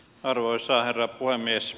arvoisa herra puhemies